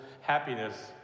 happiness